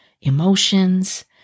emotions